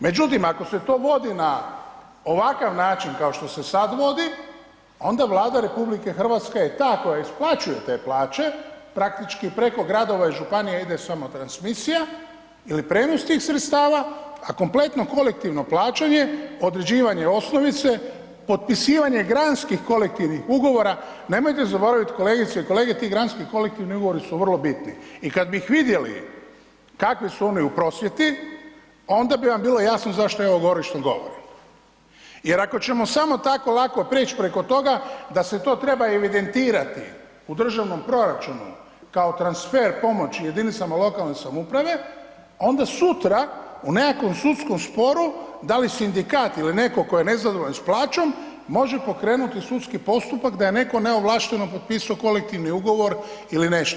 Međutim ako se to vodi na ovakav način kao što se sad vodi, onda Vlada RH je ta koja je isplaćuje te plaće, praktički preko gradova i županija ide samo transmisija ili prijenos tih sredstava a kompletno kolektivno plaćanje, određivanje osnovice, potpisivanje granskih kolektivnih ugovora, nemojte zaboraviti kolegice i kolege, ti granski kolektivni ugovori su vrlo bitni i kad bih vidjeli kakvi su oni u prosvjeti, onda bi vam bilo jasno zašto ja ovo govorim što govorim jer ako ćemo samo tako lako preći preko toga da se to treba evidentirati u državnom proračunu kao transfer pomoći jedinicama lokalne samouprave onda sutra u nekakvom sudskom sporu, da li sindikat ili netko tko je nezadovoljan s plaćom, može pokrenuti sudski postupak da je netko neovlašteno potpisao kolektivni ugovor ili nešto.